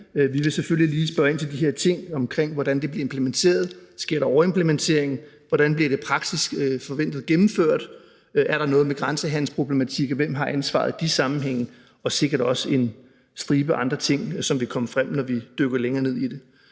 Vi vil selvfølgelig lige spørge ind til de her ting omkring, hvordan det bliver implementeret. Sker der overimplementering? Hvordan bliver det i praksis forventet gennemført? Er der noget med grænsehandelsproblematikker? Hvem har ansvaret i de sammenhænge? Og der vil sikkert også være en stribe andre ting, som vil komme frem, når vi dykker længere ned i det.